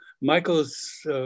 Michael's